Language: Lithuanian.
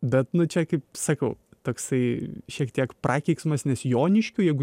bet nu čia kaip sakau toksai šiek tiek prakeiksmas nes joniškių jeigu